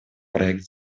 проект